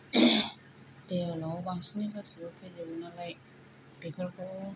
देवलाव बांसिनै गासिबो फैजोबो नालाय बेफोरखौ